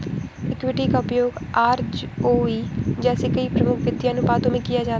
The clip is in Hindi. इक्विटी का उपयोग आरओई जैसे कई प्रमुख वित्तीय अनुपातों में किया जाता है